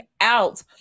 out